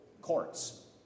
courts